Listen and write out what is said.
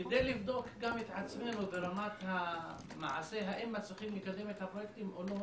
כדי לבדוק גם את עצמנו ברמת המעשה אם מצליחים לקדם את הפרויקטים או לא,